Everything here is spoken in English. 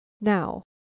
now